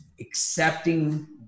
accepting